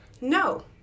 No